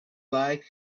like